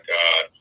God